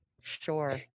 Sure